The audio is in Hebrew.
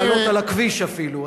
לעלות על הכביש אפילו,